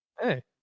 Hey